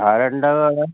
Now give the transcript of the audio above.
ആരുണ്ടെന്നാണ് പറഞ്ഞത്